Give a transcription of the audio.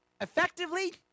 Effectively